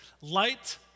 light